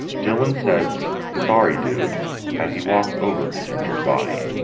dylan says sorry dude as he walks over his injured body.